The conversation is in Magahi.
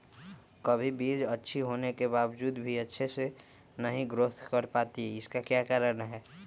कभी बीज अच्छी होने के बावजूद भी अच्छे से नहीं ग्रोथ कर पाती इसका क्या कारण है?